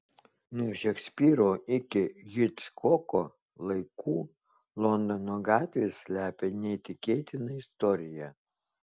nuo šekspyro iki hičkoko laikų londono gatvės slepia neįtikėtiną istoriją